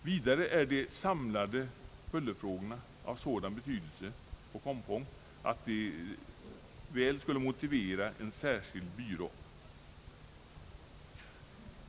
Vidare är de samlade bullerfrågorna av sådan betydelse och sådant omfång att de väl motiverar en särskild byrå.